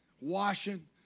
washing